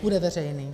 Bude veřejný.